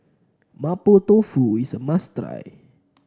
Mapo Tofu is a must try